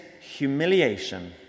humiliation